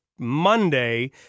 Monday